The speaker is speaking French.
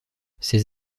ses